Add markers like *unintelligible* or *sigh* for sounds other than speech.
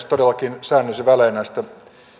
*unintelligible* todellakin säännöllisin välein näistä